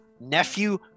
nephew